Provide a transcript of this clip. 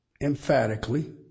emphatically